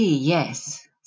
yes